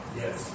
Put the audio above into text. yes